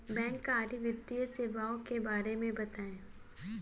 बैंककारी वित्तीय सेवाओं के बारे में बताएँ?